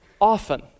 often